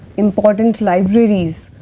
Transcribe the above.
important libraries